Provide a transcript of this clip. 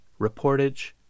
reportage